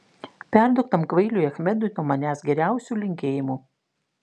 perduok tam kvailiui achmedui nuo manęs geriausių linkėjimų